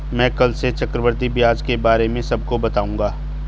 मैं कल से चक्रवृद्धि ब्याज के बारे में सबको बताऊंगा